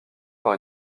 par